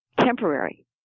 temporary